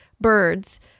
birds